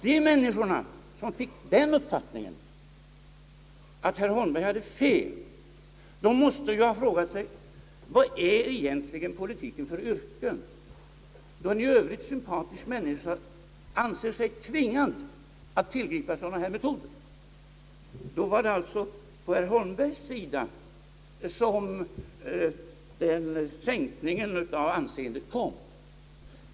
De människor som fick den uppfattningen att herr Holmberg hade fel måste ha frågat sig: Vad är egentligen politiken för ett yrke, då en i övrigt sympatisk människa anser sig tvingad att tillgripa sådana metoder? Då var det alltså på herr Holmbergs sida som anseendet sänktes.